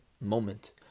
moment